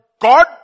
God